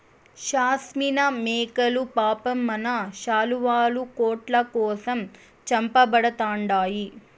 షాస్మినా మేకలు పాపం మన శాలువాలు, కోట్ల కోసం చంపబడతండాయి